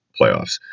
playoffs